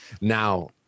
Now